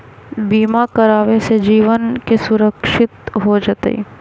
बीमा करावे से जीवन के सुरक्षित हो जतई?